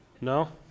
no